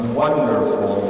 wonderful